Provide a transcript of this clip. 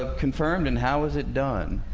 ah confirmed and how is it done?